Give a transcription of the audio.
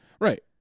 Right